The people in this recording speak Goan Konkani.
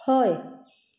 हय